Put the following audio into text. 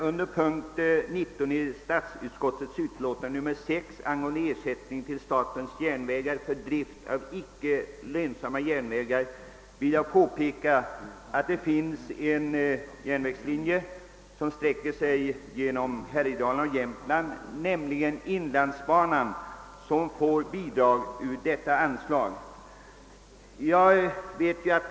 Vid denna punkt i statsutskottets utlåtande, som gäller ersättning till statens järnvägar för drift av icke lönsamma järnvägslinjer, vill jag erinra om att det finns en järnvägslinje som får bidrag från ifrågavarande anslag, nämligen inlandsbanan, som bl.a. går genom Härjedalen och Jämtland.